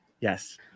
Yes